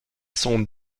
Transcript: sont